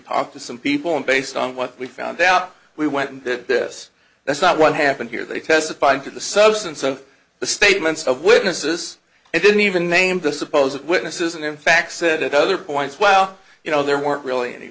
talked to some people and based on what we found out we went in this that's not what happened here they testified to the substance of the statements of witnesses and then even named the supposed witnesses and in fact said at other points well you know there weren't really any